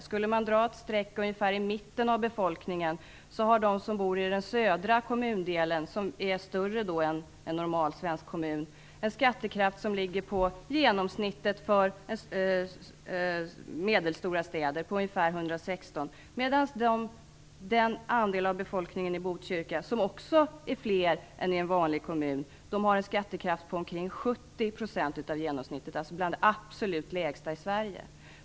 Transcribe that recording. Skulle man dra ett streck ungefär i mitten av befolkningen har de som bor i den södra kommundelen, som är större än en normal svensk kommun, en skattekraft som ligger på genomsnittet för medelstora städer, ungefär 116, medan den andel av befolkningen som bor i den andra delen - de är också fler än i en vanlig kommun - har en skattekraft på omkring 70 % av genomsnittet, dvs. bland de absolut lägsta i Sverige.